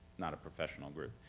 not a professional group.